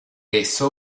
esso